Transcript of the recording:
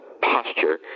posture